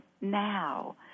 now